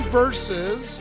versus